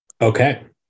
Okay